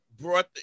brought